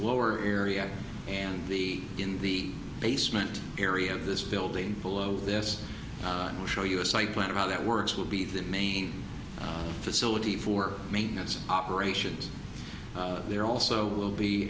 lower area and be in the basement area of this building below this will show you a site plan of how that works will be the main facility for maintenance operations there also will be